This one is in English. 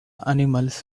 animals